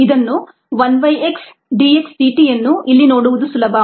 ಇದನ್ನು 1 by x d x dt ಯನ್ನು ಇಲ್ಲಿ ನೋಡುವುದು ಸುಲಭ